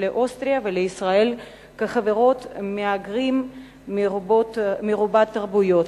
לאוסטריה ולישראל כחברות מהגרים מרובות תרבויות.